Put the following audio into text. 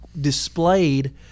displayed